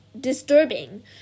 disturbing